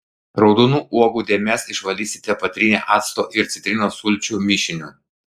raudonų uogų dėmes išvalysite patrynę acto ir citrinos sulčių mišiniu